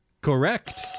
Correct